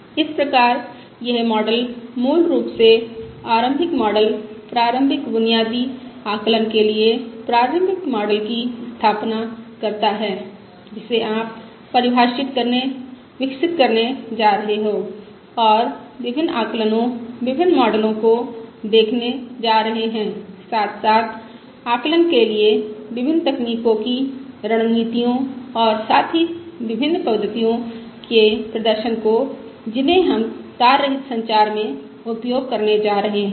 इस प्रकार यह मॉडल मूल रूप से आरंभिक मॉडल प्रारंभिक बुनियादी आकलन के लिए प्रारंभिक मॉडल की स्थापना करता है जिसे आप परिभाषित करने विकसित करने जा रहे हो और विभिन्न आकलनो विभिन्न मॉडलों को देखने जा रहे हैं साथ साथ आकलन के लिए विभिन्न तकनीकों की रणनीतियों और साथ ही विभिन्न पद्धतियों के प्रदर्शन को जिन्हें हम तार रहित संचार में उपयोग करने जा रहे हैं